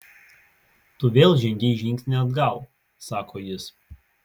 tu vėl žengei žingsnį atgal sako jis